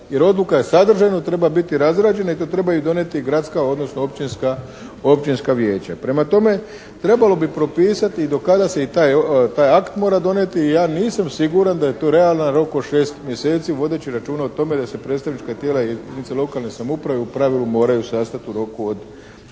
Jer odluka je sadržajno, treba biti razrađena i da treba ju donijeti gradska odnosno općinska vijeća. Prema tome trebalo bi propisati i dokazati se i taj akt mora donijeti i ja nisam siguran da je tu realan rok od 6 mjeseci vodeći računa o tome da se predstavnička tijela i jedinice lokalne samouprave u pravilu moraju sastati u roku od 3 mjeseca